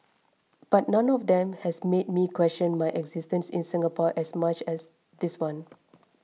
but none of them has made me question my existence in Singapore as much as this one